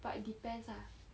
but it depends ah